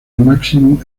máximo